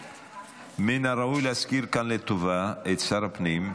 מן הראוי להזכיר כאן לטובה את שר הפנים,